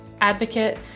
advocate